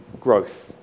growth